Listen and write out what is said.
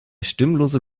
stimmlose